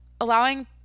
allowing